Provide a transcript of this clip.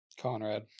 Conrad